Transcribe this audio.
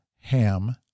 Ham